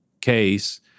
case